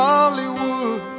Hollywood